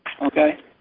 okay